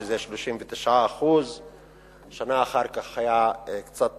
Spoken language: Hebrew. שזה 39%; שנה אחר כך היה קצת פחות,